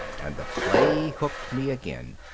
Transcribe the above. and the play hooked me again,